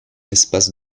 espace